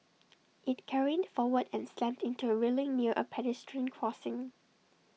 IT careened forward and slammed into A railing near A pedestrian crossing